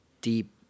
deep